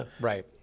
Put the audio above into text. Right